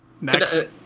Next